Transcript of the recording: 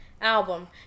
album